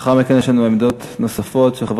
לאחר מכן יש לנו עמדות נוספות של חבר